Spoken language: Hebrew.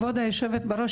כבוד יושבת הראש,